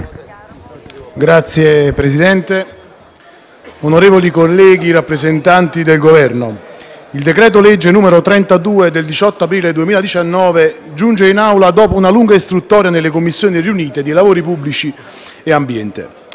Signor Presidente, onorevoli colleghi, rappresentanti del Governo, il decreto-legge n. 32 del 18 aprile 2019 giunge in Aula dopo una lunga istruttoria nelle Commissioni riunite lavori pubblici e ambiente.